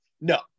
no